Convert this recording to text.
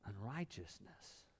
unrighteousness